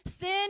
Sin